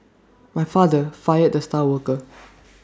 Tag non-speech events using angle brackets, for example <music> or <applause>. <noise> my father fired the star worker <noise>